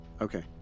Okay